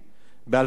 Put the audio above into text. ב-2004,